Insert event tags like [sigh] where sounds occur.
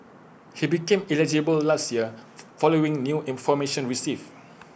he became eligible last year [noise] following new information received